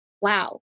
Wow